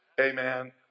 amen